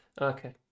Okay